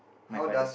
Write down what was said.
my father